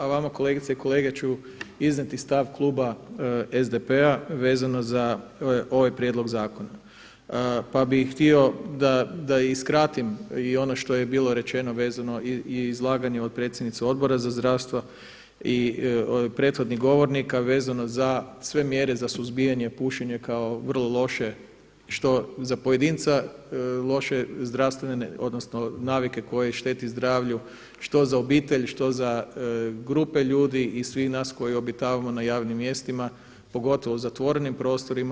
A vama kolegice i kolege ću iznijeti stav kluba SDP-a vezano za ovaj prijedlog zakona, pa bi htio da i skratim i ono što je bilo rečeno vezano i izlaganje od predsjednice Odbora za zdravstvo i prethodnih govornika vezano za sve mjere za suzbijanje pušenja kao vrlo loše što za pojedinca loše navike koje šteti zdravlju, što za obitelj, što za grupe ljudi i svih nas koji obitavamo na javnim mjestima, pogotovo u zatvorenim prostorima.